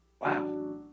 Wow